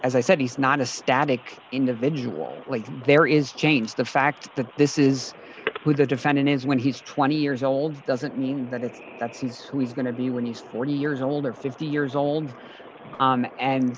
as i said he's not a static individual like there is change the fact that this is who the defendant is when he's twenty years old doesn't mean that it's that he's always going to be when he's forty years old or fifty years old